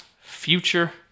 future